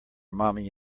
mommy